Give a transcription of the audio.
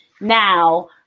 now